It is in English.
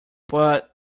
but